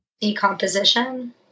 decomposition